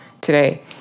today